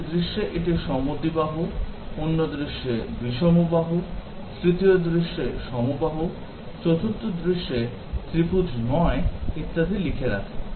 একটি দৃশ্যে এটি সমদ্বিবাহু অন্য দৃশ্যে বিষমবাহু তৃতীয় দৃশ্যে সমবাহু চতুর্থ দৃশ্যে ত্রিভুজ নয় ইত্যাদি লিখে রাখে